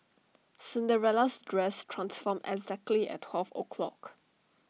Cinderella's dress transformed exactly at twelve o' clock